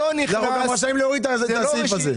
אנחנו רשאים להוריד את הסעיף הזה.